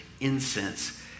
incense